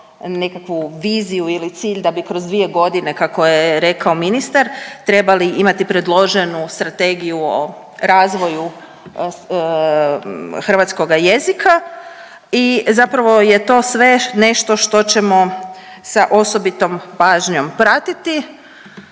nekakvu viziju ili cilj da bi kroz dvije godine kako je rekao ministar trebali imati predloženu strategiju o razvoju hrvatskoga jezika i zapravo je to sve nešto što ćemo sa osobitom pažnjom pratiti